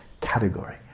category